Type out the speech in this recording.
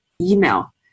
email